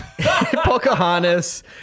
Pocahontas